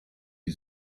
wie